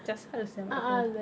just mak kau